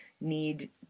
need